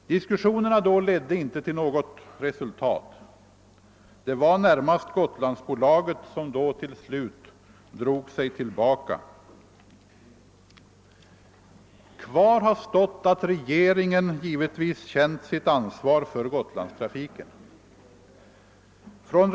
Diskussionerna då ledde inte till något resultat. Det var närmast Gotlandsbolaget som till Kvar har stått att regeringen givetvis känt sitt ansvar för Gotlandstrafiken.